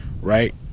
right